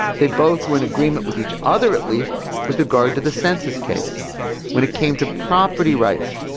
they both were in agreement with each other at least with regard to the census case when it came to property rights.